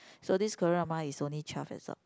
so this Korea drama is only twelve episodes